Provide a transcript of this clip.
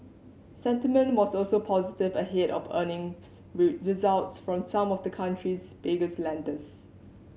sentiment was also positive ahead of earnings results from some of the country's biggest lenders